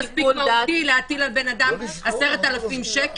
שיקול דעת --- זה לא תפקיד מספיק מהותי להטיל על בן אדם 10,000 שקל?